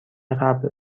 قبل